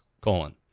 colon